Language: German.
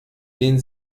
den